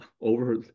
over